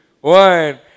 one